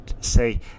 say